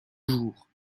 jours